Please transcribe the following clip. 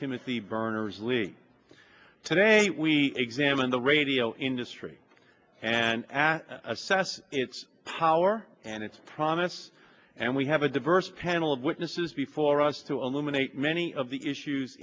timothy berners lee today we examine the radio industry and assess its power and its promise and we have a diverse panel of witnesses before us to eliminate many of the issues